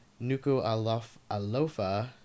Nuku'alofa